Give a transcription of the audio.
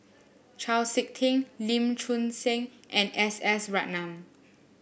Chau SiK Ting Lee Choon Seng and S S Ratnam